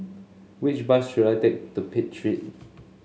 which bus should I take to Pitt Street